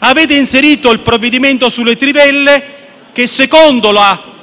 Avete inserito il provvedimento sulle trivelle, che secondo le